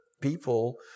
people